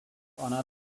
honour